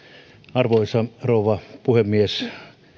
arvoisa rouva puhemies